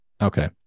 Okay